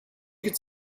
could